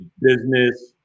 business